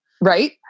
right